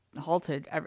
halted